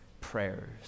prayers